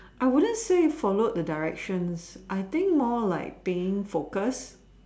I wouldn't say followed the directions I think more like being focused